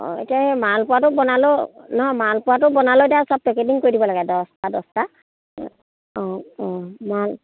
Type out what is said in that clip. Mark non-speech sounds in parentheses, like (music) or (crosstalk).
অঁ এতিয়া মালপোৱাটো বনালে নহয় মালপোৱাটো বনালে এতিয়া চব পেকেটিং কৰি দিব লাগে দহটা দহটা (unintelligible) অঁ অঁ মাল